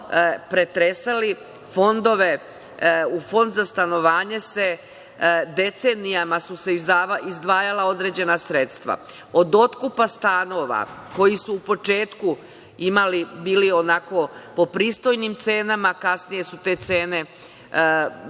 pretresali fondove? U Fond za stanovanje su se decenijama izdvajala određena sredstva, od otkupa stanova koji su u početku bili po pristojnim cenama, kasnije su te cene